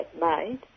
made